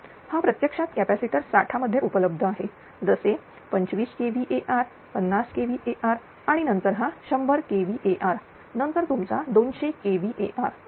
हा प्रत्यक्षात कॅपॅसिटर साठा मध्ये उपलब्ध आहे जसे 25 kVAr50 kVAr आणि नंतर हा 100kVAr नंतर तुमचा 200 kVAr असे